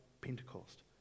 Pentecost